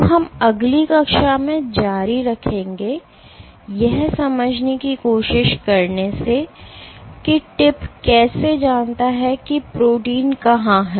तो हम अगली कक्षा में जारी रखेंगे यह समझने की कोशिश करने से कि टिप कैसे जानता है कि प्रोटीन कहाँ है